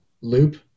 loop